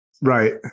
Right